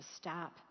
stop